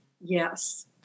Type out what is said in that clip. Yes